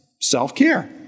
self-care